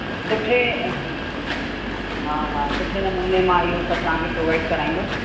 ह सुठे हा हा सुठे नमुने मां इहो सभु तव्हांखे प्रोवाइड कराईंदसि